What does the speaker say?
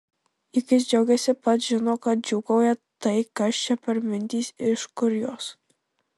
juk jis džiaugiasi pats žino kad džiūgauja tai kas čia per mintys iš kur jos